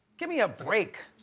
give me a break!